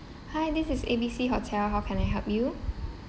hi this is A B C hotel how can I help you